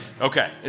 Okay